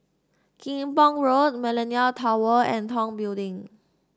Kim Pong Road Millenia Tower and Tong Building